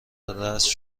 رسم